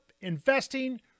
investing